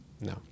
no